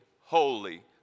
holy